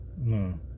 No